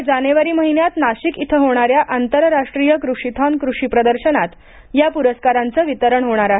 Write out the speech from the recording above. येत्या जानेवारी महिन्यात नाशिक इथं होणाऱ्या आंतरराष्ट्रीय कृषीथॉन कृषी प्रदर्शनात या पुरस्काराचं वितरण होणार आहे